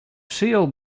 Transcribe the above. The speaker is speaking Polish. przyjął